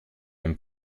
ein